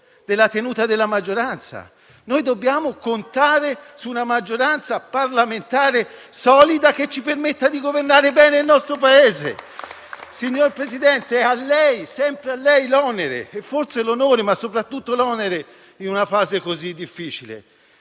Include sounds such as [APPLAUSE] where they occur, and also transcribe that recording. della tenuta della maggioranza. Noi dobbiamo contare su una maggioranza parlamentare solida che ci permetta di governare bene il nostro Paese. [APPLAUSE] Signor Presidente, è sempre a lei l'onere - forse l'onore, ma soprattutto l'onere in una fase così difficile